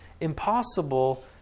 impossible